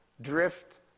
drift